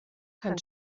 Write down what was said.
kann